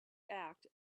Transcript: act